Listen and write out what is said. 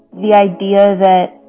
the idea that